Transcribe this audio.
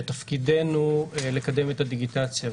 שתפקידנו לקדם את הדיגיטציה.